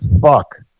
fuck